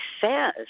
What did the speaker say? says